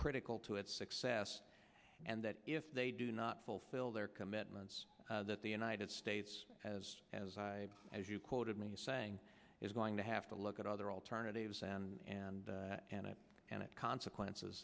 critical to its success and that if they do not fulfill their commitments that the united states has as i as you quoted me saying is going to have to look at other alternatives and and and and it consequences